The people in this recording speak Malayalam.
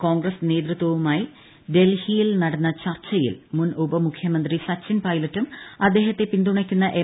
കോൺഗ്രസ് നേതൃത്വവുമായി ന്യൂഡൽഹിയിൽ നടന്ന ചർച്ചയിൽ മുൻ ഉപമുഖ്യമന്ത്രി സച്ചിൻ പൈലറ്റും അദ്ദേഹത്തെ പിന്തുണയ്ക്കുന്ന എം